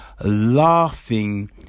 laughing